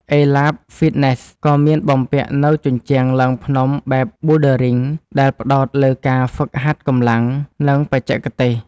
អេឡាប ហ្វ៊ីតណេស ក៏មានបំពាក់នូវជញ្ជាំងឡើងភ្នំបែបប៊ូលឌើរីង ដែលផ្ដោតលើការហ្វឹកហាត់កម្លាំង និងបច្ចេកទេស។